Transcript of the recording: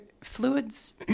fluids